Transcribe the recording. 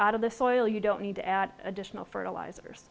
out of the soil you don't need at additional fertilizers